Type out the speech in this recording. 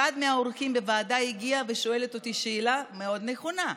אחת מהאורחים בוועדה הגיעה ושאלה אותי שאלה מאוד נכונה: